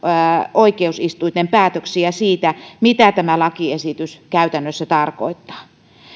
oikeusistuinten päätöksiä siitä mitä tämä lakiesitys käytännössä tarkoittaa